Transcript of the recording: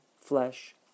flesh